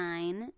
Nine